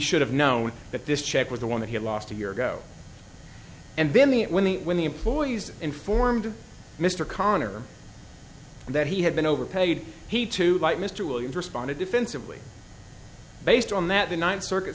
should have known that this check was the one that he lost a year ago and then the when the when the employees informed mr connor that he had been overpaid he too like mr williams responded defensively based on that the ninth circuit